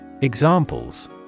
Examples